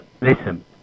listen